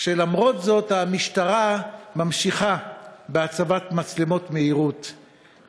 למרות זאת המשטרה ממשיכה בהצבת מצלמות מהירות,